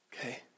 Okay